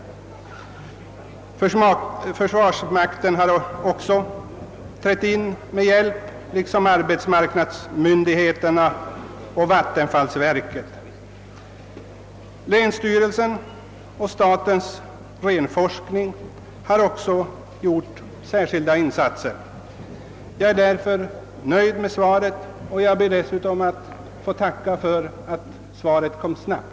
Försvarsmakten har trätt in med hjälp liksom arbetsmarknadsmyndigheterna och vattenfallsverket. Länsstyrelsen och statens renforskning har också gjort särskilda insatser. Jag är därför nöjd med svaret och ber även att få tacka för att svaret kom snabbt.